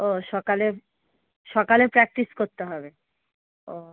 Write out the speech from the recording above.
ও সকালে সকালে প্র্যাকটিস করতে হবে ও